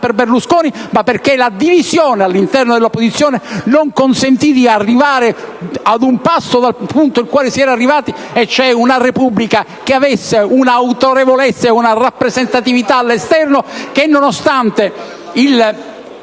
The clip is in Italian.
per Berlusconi, ma perché la divisione all'interno dell'opposizione non consentì di arrivare al punto sperato, e cioè ad una Repubblica che avesse un'autorevolezza e una rappresentatività all'esterno e che, nonostante il